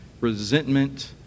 resentment